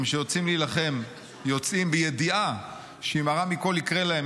שיוצאים להילחם יוצאים בידיעה שאם הרע מכול יקרה להם,